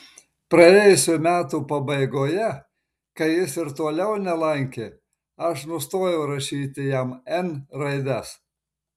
praėjusių metų pabaigoje kai jis ir toliau nelankė aš nustojau rašyti jam n raides